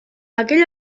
aquell